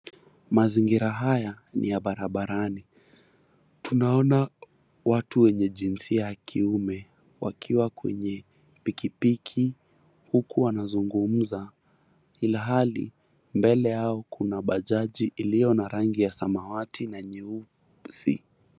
Mazingira haya ni ya barabarani. Tunaona watu wenye jinsia ya kiume wakiwa kwenye pikipiki huku wanazungumza, ilhali mbele yao kuna bajaji iliyo na rangi ya samawati na nyeusi.